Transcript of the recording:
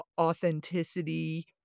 authenticity